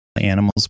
animals